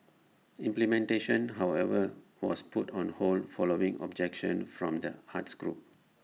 implementation however was put on hold following objection from the arts groups